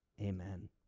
Amen